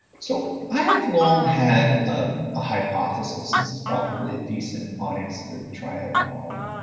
so i have long had ah a hypothesis, this is probably a decent audience to try it out on.